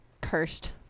Cursed